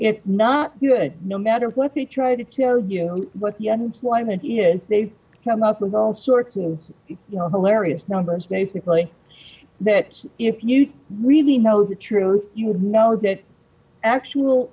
it's not good no matter what the try to tell you what the employment is they've come up with all sorts of you know hilarious numbers basically that if you really know the truth you would know that actual